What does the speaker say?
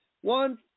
One